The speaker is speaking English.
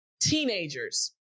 teenagers